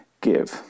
Give